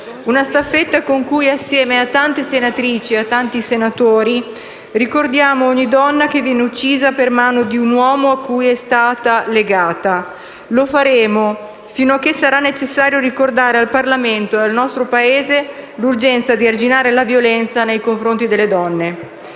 una staffetta con cui, assieme a tante senatrici e a tanti senatori, ricordiamo ogni donna che viene uccisa per mano di un uomo cui è stata legata. Lo faremo fino a che sarà necessario ricordare al Parlamento e al nostro Paese l'urgenza di arginare la violenza nei confronti delle donne.